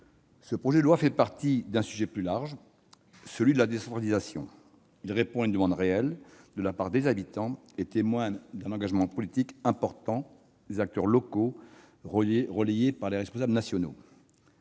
fort. Il fait partie d'un sujet plus large, celui de la décentralisation, répond à une demande réelle de la part des habitants et témoigne d'un engagement politique important des acteurs locaux relayé par les responsables nationaux.